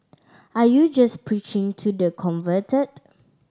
are you just preaching to the converted